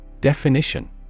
Definition